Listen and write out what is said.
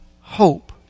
hope